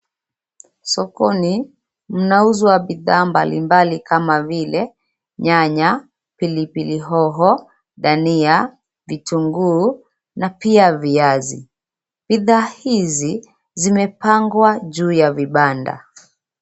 Sokoni, mnauzwa bidhaa kama vile nyanya, pilipili hoho, dania ,vitunguu na pia viazi. Bidhaa hizi zimepangwa juu ya vibanda.